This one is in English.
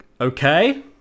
Okay